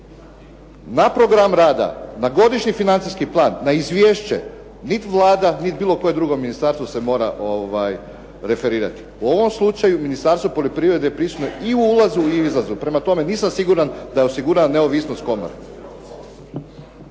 na program rada, na godišnji financijski plan, na izvješće, niti Vlada niti bilo koje drugo ministarstvo se mora referirati. U ovom slučaju Ministarstvo poljoprivrede prisutno je i u ulazu i izlazu. Prema tome, nisam siguran da osigurava neovisnost komore.